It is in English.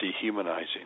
dehumanizing